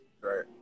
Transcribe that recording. Right